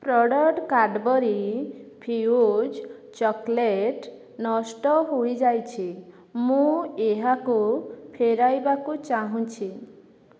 product Cadbury Fuse chocolate ନଷ୍ଟ ହୋଇଯାଇଛି ମୁଁ ଏହାକୁ ଫେରାଇବାକୁ ଚାହୁଁଛି